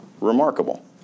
remarkable